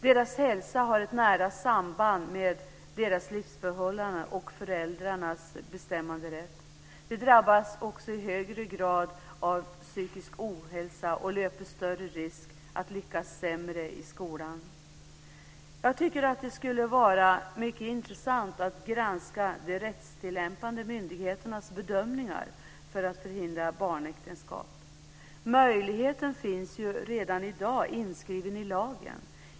Deras hälsa har ett nära samband med deras livsförhållanden och föräldrarnas bestämmanderätt. De drabbas också i högre grad av psykisk ohälsa och löper större risk att lyckas sämre i skolan. Jag tycker att det skulle vara mycket intressant att granska de rättstillämpande myndigheternas bedömningar när det gäller att förhindra barnäktenskap. Möjligheten finns ju redan i dag inskriven i lagen.